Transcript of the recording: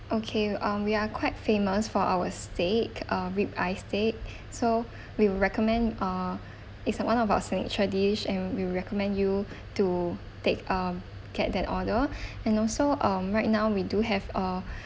okay uh we are quite famous for our steak uh rib eye steak so we will recommend err it's uh one of our signature dish and we will recommend you to take um get that order and also um right now we do have a